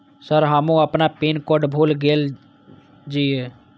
Sir हमू अपना pin code भूल गेल जीये?